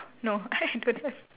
no I don't have